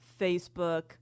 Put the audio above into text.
facebook